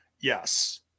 Yes